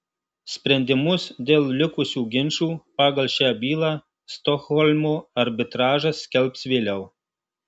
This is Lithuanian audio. sprendimus dėl likusių ginčų pagal šią bylą stokholmo arbitražas skelbs vėliau